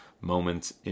moments